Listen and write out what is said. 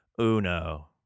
uno